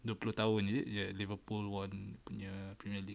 dua puluh tahun is it ya liverpool won punya premier league